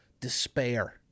despair